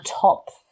top